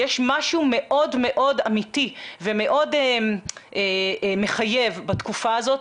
יש משהו מאוד מאוד אמיתי ומאוד מחייב בתקופה הזאת,